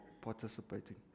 participating